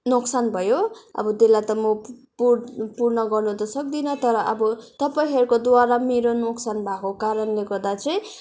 नोक्सान भयो अब त्यसलाई त म पूर्ण गर्नु त सक्दिनँ तर अब तपाईँहरूकोद्वारा मेरो नोक्सान भएको कारणले गर्दा चाहिँ